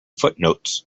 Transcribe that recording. footnotes